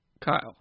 Kyle